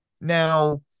Now